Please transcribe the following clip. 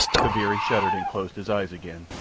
kaviri shuddered and closed his eyes again,